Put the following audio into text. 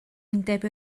undeb